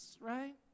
right